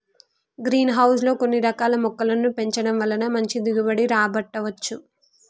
green house లో కొన్ని రకాల మొక్కలను పెంచడం వలన మంచి దిగుబడి రాబట్టవచ్చు